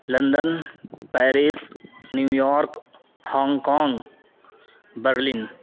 London Paris New York Hong Kong Berlin